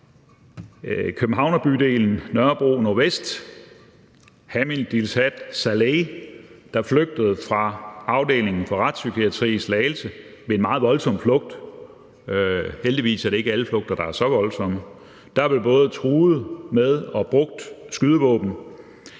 Københavnerbydelen Nørrebro Nordvest, der flygtede fra Afdeling for Retspsykiatri i Slagelse i en meget voldsom flugt. Heldigvis er det ikke alle flugter, der er så voldsomme. Der blev både truet med og brugt skydevåben.